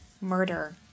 Murder